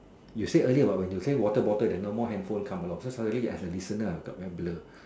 you say earlier what when you say water bottle there's no more handphone come along so suddenly as a listener I got very blur